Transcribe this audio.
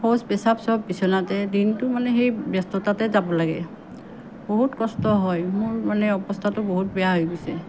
শৌচ প্ৰস্ৰাৱ চব বিচনাতেই দিনটো মানে সেই ব্যস্ততাতে যাব লাগে বহুত কষ্ট হয় মোৰ মানে অৱস্থাটো বহুত বেয়া হৈ গৈছে